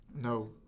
no